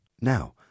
Now